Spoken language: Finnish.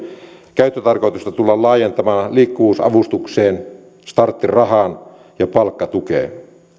käyttötarkoitusta tullaan laajentamaan liikkuvuusavustukseen starttirahaan ja palkkatukeen